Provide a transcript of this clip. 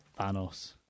Thanos